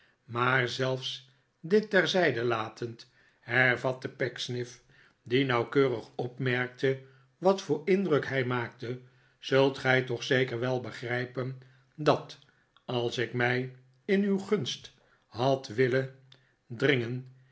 maar zelfs dit terzijde latend hervatte pecksniff die nauwkeurig opmerkte wat voor indruk hij maakte zult gij toch zeker wel begrijpen dat als ik mij in uw gunst had willen dringen